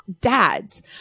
dads